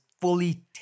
fully